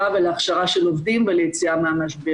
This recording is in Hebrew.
ולהכשרה של עובדים וליציאה מהמשבר.